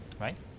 right